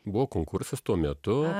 buvo konkursas tuo metu